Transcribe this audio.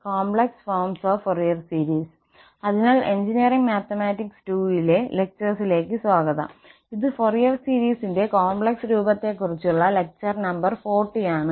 complex form of Fourier series അതിനാൽ engineering mathematics II നെക്കുറിച്ചുള്ള പ്രഭാഷണങ്ങളിലേക്ക് സ്വാഗതം ഇത് ഫോറിയർ സീരീസിന്റെ കോംപ്ലക്സ് രൂപത്തെക്കുറിച്ചുള്ള ലെക്ചർ നമ്പർ 40 ആണ്